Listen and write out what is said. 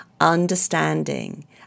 understanding